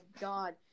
god